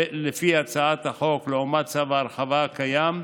לפי הצעת החוק, לעומת צו ההרחבה הקיים,